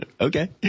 okay